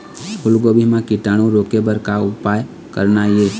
फूलगोभी म कीटाणु रोके बर का उपाय करना ये?